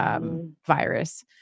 Virus